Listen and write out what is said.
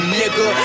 nigga